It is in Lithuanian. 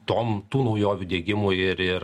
tom tų naujovių diegimui ir ir